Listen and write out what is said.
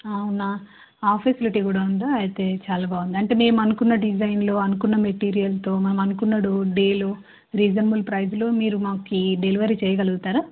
అవునా ఆ ఫెసిలిటీ కూడా ఉందా అయితే చాలా బాగుంది అంటే మేము అనుకున్న డిజైన్లో అనుకున్న మెటీరియల్తో మనం అనుకున్న డేలో రీజనబుల్ ప్రైజ్లో మీరు మాకు డెలివరీ చేయగలుగుతారా